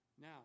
Now